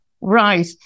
Right